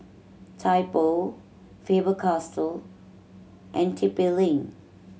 Typo Faber Castell and T P Link